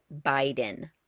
Biden